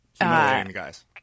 guys